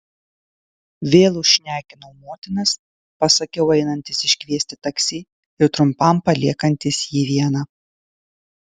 vėl užšnekinau motinas pasakiau einantis iškviesti taksi ir trumpam paliekantis jį vieną